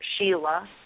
Sheila